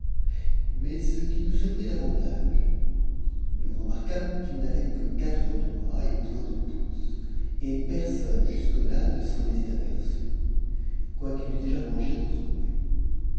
mais ce qui nous surprit davantage nous remarquâmes qu'il n'avait que quatre doigts et point de pouce et personne jusque-là ne s'en était aperçu quoiqu'il eût déjà mangé d'autres mets